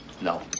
no